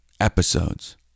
episodes